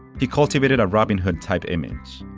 he cultivated a robin hood type image,